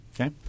Okay